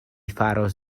faros